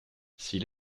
s’il